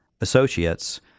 associates